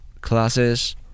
classes